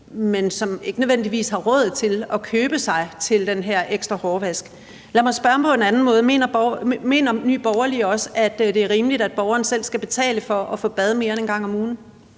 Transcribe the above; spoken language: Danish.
men som ikke nødvendigvis har råd til at købe sig til den her ekstra hårvask. Lad mig spørge på en anden måde: Mener Nye Borgerlige også, at det er rimeligt, at borgeren selv skal betale for at få bad mere end en gang om ugen?